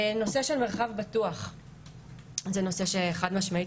נושא של מרחב בטוח זה נושא שחד משמעית